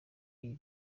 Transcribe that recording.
iyi